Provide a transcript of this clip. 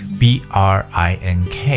b-r-i-n-k